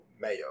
mayo